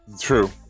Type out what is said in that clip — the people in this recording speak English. true